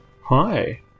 Hi